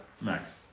Max